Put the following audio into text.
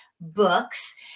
books